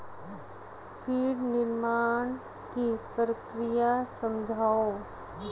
feed निर्माण की प्रक्रिया समझाओ